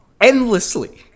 endlessly